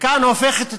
וכאן הופכת המשטרה,